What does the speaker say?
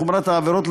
לחומרת העבירות,